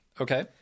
Okay